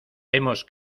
hemos